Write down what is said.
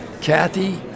Kathy